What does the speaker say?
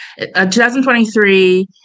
2023